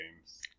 games